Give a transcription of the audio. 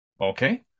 Okay